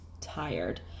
tired